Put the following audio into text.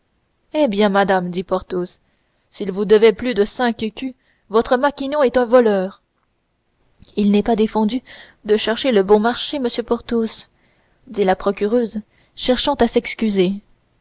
eh bien madame dit porthos s'il vous devait plus de cinq écus votre maquignon est un voleur il n'est pas défendu de chercher le bon marché monsieur porthos dit la procureuse cherchant à s'exprimer